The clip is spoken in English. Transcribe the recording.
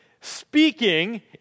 speaking